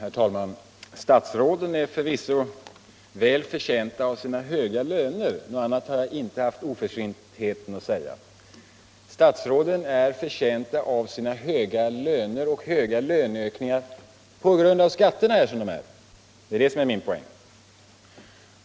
Herr talman! Statsråden är förvisso väl förtjänta av sina höga löner. Något annat har jag inte haft oförsyntheten att säga. Statsråden är förtjänta av sina höga löner — och stora löneökningar — därför att skatterna är sådana som de är. Det är det som är min poäng.